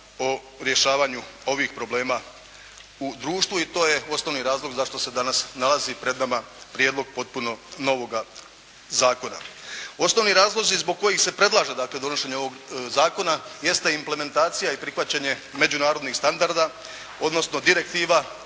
o rješavanju ovih problema u društvu i to je osnovni razlog zašto se danas nalazi pred nama prijedlog potpuno novoga zakona. Osnovni razlozi zbog kojih se predlaže dakle donošenje ovog zakona jeste implementacija i prihvaćanje međunarodnih standarda, odnosno direktiva